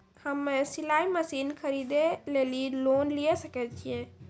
हम्मे सिलाई मसीन खरीदे लेली लोन लिये सकय छियै?